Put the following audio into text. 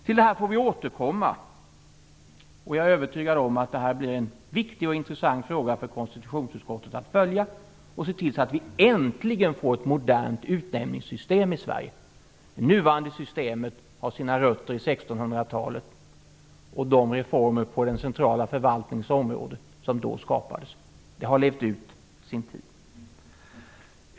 Till det här får vi återkomma, och jag är övertygad om att detta blir en viktig och intressant fråga för konstitutionsutskottet att följa och att se till att vi äntligen får ett modernt utnämningssystem i Sverige. Det nuvarande systemet har sina rötter i 1600-talet, och de reformer på den centrala förvaltningens område som då skapades har levt ut sin tid.